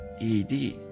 ed